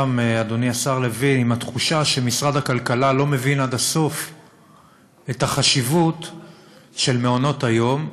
מחר אמורה לצאת לדרך השבתה של מעונות-היום,